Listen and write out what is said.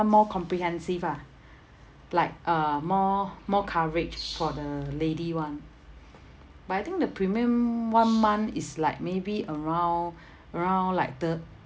more comprehensive ah like uh more more coverage for the lady [one] but I think the premium one month is like maybe around around like thir~